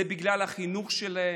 זה בגלל החינוך שלהם,